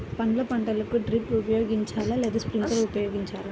పండ్ల పంటలకు డ్రిప్ ఉపయోగించాలా లేదా స్ప్రింక్లర్ ఉపయోగించాలా?